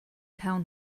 town